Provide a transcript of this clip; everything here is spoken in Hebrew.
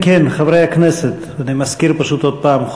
אם כן, חברי הכנסת, אני מזכיר פשוט עוד פעם.